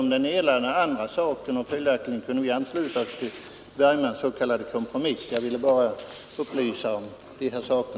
Jag har bara velat upplysa om dessa saker.